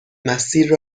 مسیر